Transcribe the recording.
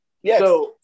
Yes